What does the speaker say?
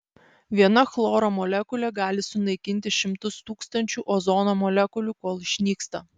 viena chloro molekulė gali sunaikinti šimtus tūkstančių ozono molekulių kol išnyksta